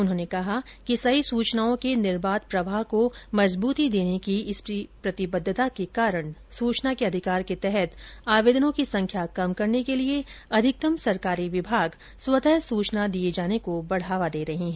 उन्होंने कहा कि सही सूचनाओं के निर्बाध प्रवाह को मजबूती प्रदान करने की इसी प्रतिबद्धता के कारण सूचना के अधिकार के तहत आवेदनों की संख्या कम करने के लिए अधिकतम सरकारी विभाग स्वतः सूचना दिए जाने को बढ़ावा दे रहे हैं